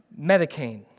medicane